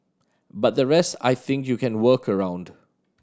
but the rest I think you can work around